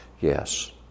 yes